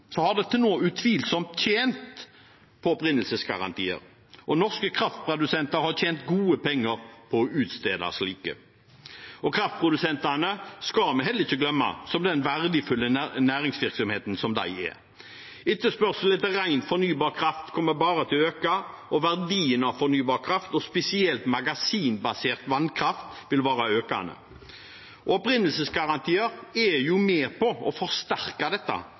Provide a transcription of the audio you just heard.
har til nå utvilsomt tjent på opprinnelsesgarantier, og norske kraftprodusenter har tjent gode penger på å utstede slike. Kraftprodusentene skal vi heller ikke glemme som den verdifulle næringsvirksomheten de er. Etterspørselen etter ren fornybar kraft kommer bare til å øke, og verdien av fornybar kraft, og spesielt magasinbasert vannkraft, vil være økende. Opprinnelsesgarantier er jo med på å forsterke dette